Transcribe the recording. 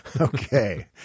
Okay